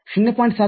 ७ volt